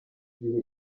gihe